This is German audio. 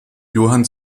johann